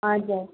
हजुर